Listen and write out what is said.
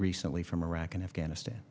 recently from iraq and afghanistan